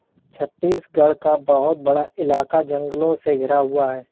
छत्तीसगढ़ का बहुत बड़ा इलाका जंगलों से घिरा हुआ है